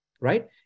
right